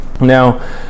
Now